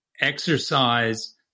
exercise